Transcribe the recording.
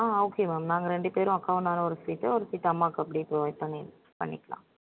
ஆ okay ma'am நாங்கள் ரெண்டு பேரும் அக்காவும் நானும் ஒரு சீட்டு ஒரு சீட்டு அம்மாவுக்கு அப்படியே ப்ரொவைட் பண்ணி பண்ணிக்கலாம்